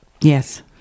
yes